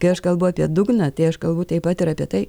kai aš kalbu apie dugną tai aš kalbu taip pat ir apie tai